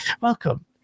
Welcome